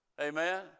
Amen